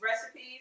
recipes